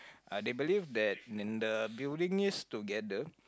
uh they believe that in the building used together